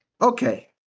okay